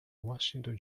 washington